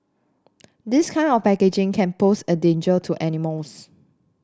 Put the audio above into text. this kind of packaging can pose a danger to animals